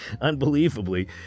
unbelievably